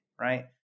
right